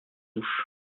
douche